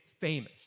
famous